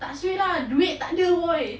tak sweet lah duit tak ada !oi!